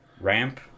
ramp